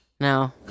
No